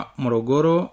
morogoro